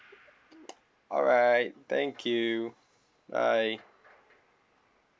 alright thank you bye